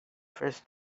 first